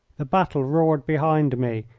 the battle roared behind me,